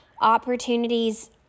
opportunities